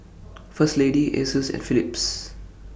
First Lady Asus and Phillips